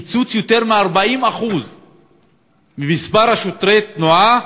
על קיצוץ של יותר מ-40% במספר שוטרי התנועה